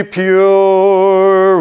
pure